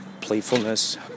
playfulness